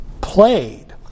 played